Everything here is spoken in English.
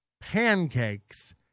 pancakes